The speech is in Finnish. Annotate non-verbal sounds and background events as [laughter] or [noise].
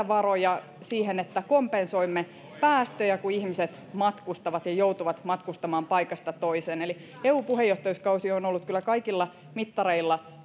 [unintelligible] varoja siihen että kompensoimme päästöjä kun ihmiset matkustavat ja joutuvat matkustamaan paikasta toiseen eli eu puheenjohtajuuskausi on kyllä kaikilla mittareilla [unintelligible]